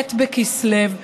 ח' בכסלו,